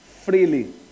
freely